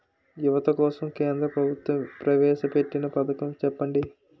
యువత కోసం కేంద్ర ప్రభుత్వం ప్రవేశ పెట్టిన పథకం చెప్పండి?